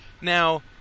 Now